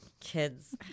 kids